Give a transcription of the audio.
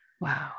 Wow